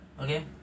Okay